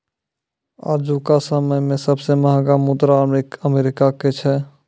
आजुका समय मे सबसे महंगा मुद्रा अमेरिका के छै